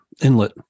inlet